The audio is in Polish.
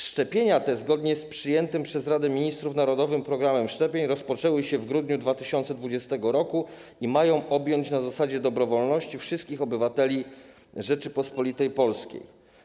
Szczepienia te, zgodnie z przyjętym przez Radę Ministrów narodowym programem szczepień, rozpoczęły się w grudniu 2020 r. i mają objąć, na zasadzie dobrowolności, wszystkich obywateli Rzeczypospolitej Polskiej.